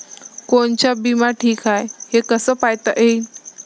कोनचा बिमा ठीक हाय, हे कस पायता येईन?